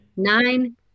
Nine